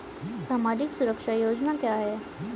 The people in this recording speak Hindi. सामाजिक सुरक्षा योजना क्या है?